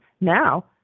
now